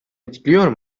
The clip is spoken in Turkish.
etkiliyor